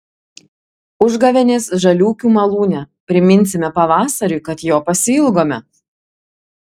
užgavėnės žaliūkių malūne priminsime pavasariui kad jo pasiilgome